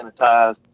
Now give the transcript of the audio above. sanitized